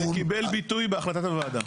זה קיבל ביטוי בהחלטת הוועדה.